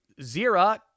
Zira